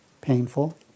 painful